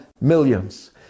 millions